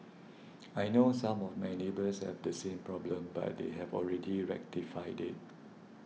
I know some of my neighbours have the same problem but they have already rectified it